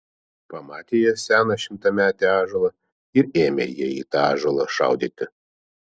pamatė jie seną šimtametį ąžuolą ir ėmė jie į tą ąžuolą šaudyti